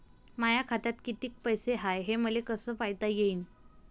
माया खात्यात कितीक पैसे हाय, हे मले कस पायता येईन?